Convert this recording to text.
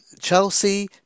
Chelsea